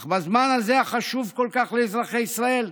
אך בזמן הזה, החשוב כל כך לאזרחי ישראל,